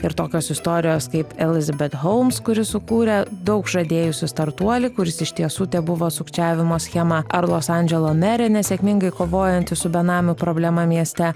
ir tokios istorijos kaip elizabet houms kuri sukūrė daug žadėjusį startuolį kuris iš tiesų tebuvo sukčiavimo schema ar los andželo merė nesėkmingai kovojanti su benamių problema mieste